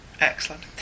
excellent